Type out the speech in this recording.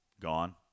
Gone